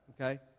okay